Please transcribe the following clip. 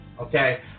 okay